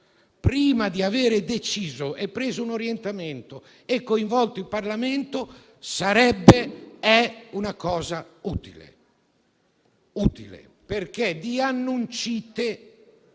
prima di aver deciso, preso un orientamento e coinvolto il Parlamento, sarebbe ed è una cosa utile. Infatti di "annuncite"